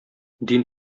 дин